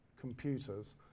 computers